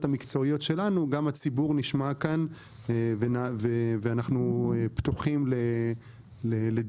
המקצועיות שלנו - גם הציבור נשמע ואנחנו פתוחים לדיון,